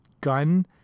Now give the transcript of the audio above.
gun